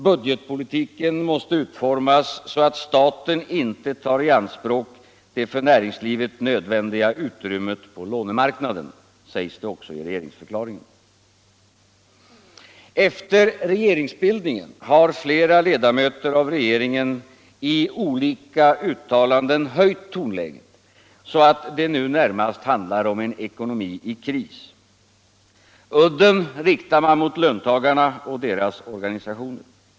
Budgetpolitiken måste utformas så, att staten inte tar i anspråk det för näringslivet nödvändiga utrymmet på lånemarknaden, sägs det också i regeringsförklaringen. Efter regeringsbildningen har flera ledamöter av regeringen i olika uttalanden höjt tonläget så att det nu närmast handlar om en ekonomi i kris. Udden riktar man mot löntagarna och deras organisationer.